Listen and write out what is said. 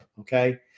Okay